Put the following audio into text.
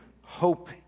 hope